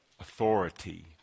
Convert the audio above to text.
authority